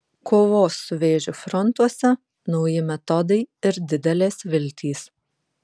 kovos su vėžiu frontuose nauji metodai ir didelės viltys